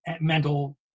mental